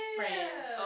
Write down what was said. friends